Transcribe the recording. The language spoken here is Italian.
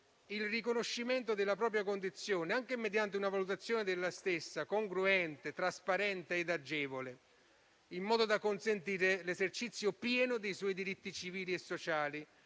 il riconoscimento della propria condizione anche mediante una valutazione della stessa congruente, trasparente e agevole, in modo da consentire l'esercizio pieno dei suoi diritti civili e sociali,